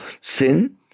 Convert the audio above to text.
sin